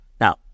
Now